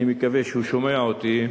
ואני מקווה שהוא שומע אותי,